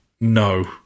no